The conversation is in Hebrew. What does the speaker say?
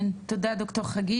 תודה, ד"ר חגית.